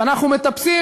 ואנחנו מטפסים,